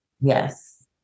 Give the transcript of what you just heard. Yes